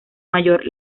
mayor